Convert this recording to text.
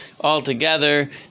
altogether